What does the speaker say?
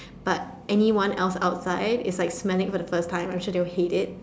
but anyone else outside is like smelling for the first time I am sure they would hate it